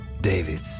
David